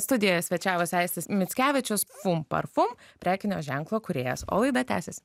studijoje svečiavosi aistis mickevičius fum parfum prekinio ženklo kūrėjas o laida tęsiasi